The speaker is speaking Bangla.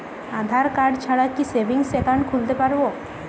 আধারকার্ড ছাড়া কি সেভিংস একাউন্ট খুলতে পারব?